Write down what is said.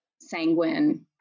sanguine